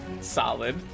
Solid